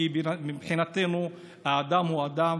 כי מבחינתנו האדם הוא אדם,